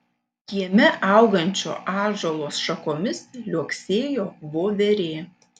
kieme augančio ąžuolo šakomis liuoksėjo voverė